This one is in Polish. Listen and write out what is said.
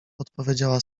odpowiedziała